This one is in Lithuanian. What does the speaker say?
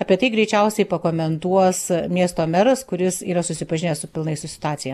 apie tai greičiausiai pakomentuos miesto meras kuris yra susipažinęs su pilnai su situacija